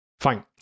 Fine